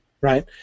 Right